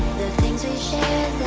things we shared